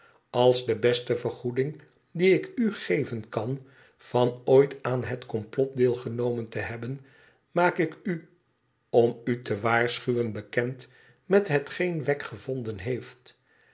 als de beste vergoeding die ik u geven kan van ooit aan het komplot deel genomen te hebben maak ik u om u te waarschuwen bekend met hetgeen wegg gevonden heeft